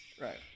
right